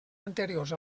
anteriors